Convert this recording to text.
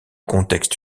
contexte